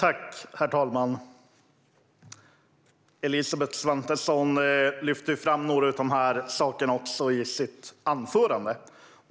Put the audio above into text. Herr talman! Elisabeth Svantesson lyfte fram några av dessa saker också i sitt anförande.